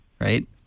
right